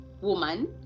woman